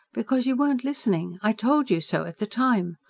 because you weren't listening. i told you so at the time.